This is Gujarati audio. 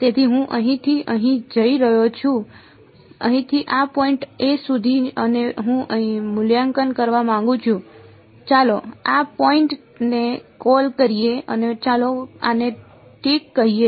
તેથી હું અહીંથી અહીં જઈ રહ્યો છું અહીંથી આ પોઈન્ટ સુધી અને હું મૂલ્યાંકન કરવા માંગુ છું ચાલો આ પોઈન્ટ ને કૉલ કરીએ અને ચાલો આને ઠીક કહીએ